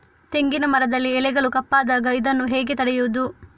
ತೆಂಗಿನ ಮರದಲ್ಲಿ ಎಲೆಗಳು ಕಪ್ಪಾದಾಗ ಇದನ್ನು ಹೇಗೆ ತಡೆಯುವುದು?